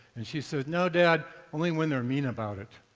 and she said, no, dad. only when they are mean about it.